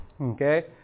okay